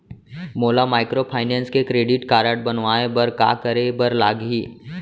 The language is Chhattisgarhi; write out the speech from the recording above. मोला माइक्रोफाइनेंस के क्रेडिट कारड बनवाए बर का करे बर लागही?